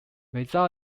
rizal